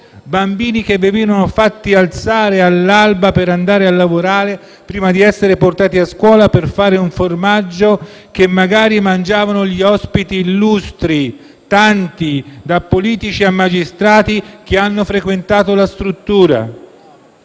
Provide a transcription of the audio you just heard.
bambini che venivano fatti alzare all'alba per andare a lavorare, prima di essere portati a scuola, per fare un formaggio che magari mangiavano gli ospiti illustri - tanti, da politici a magistrati - che hanno frequentato la struttura.